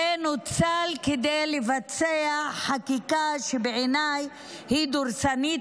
ונוצל כדי לבצע חקיקה שבעיניי היא דורסנית,